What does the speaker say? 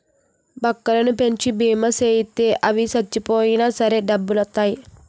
బక్కలను పెంచి బీమా సేయిత్తే అవి సచ్చిపోయినా సరే డబ్బులొత్తాయి